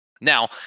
Now